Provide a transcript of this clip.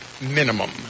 minimum